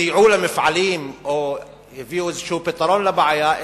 סייעו למפעלים או הביאו פתרון כלשהו לבעיה,